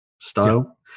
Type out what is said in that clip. style